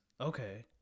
Okay